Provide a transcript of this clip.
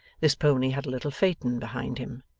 this pony had a little phaeton behind him,